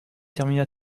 termina